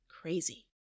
crazy